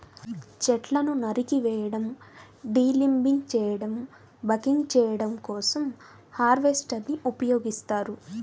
చెట్లను నరికివేయడం, డీలింబింగ్ చేయడం, బకింగ్ చేయడం కోసం హార్వెస్టర్ ని ఉపయోగిస్తారు